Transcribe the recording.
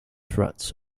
threats